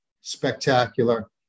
spectacular